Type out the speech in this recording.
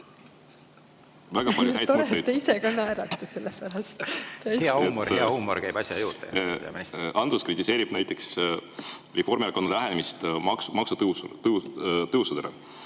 Andrus kritiseerib näiteks Reformierakonna lähenemist maksutõusudele.